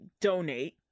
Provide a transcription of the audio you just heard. donate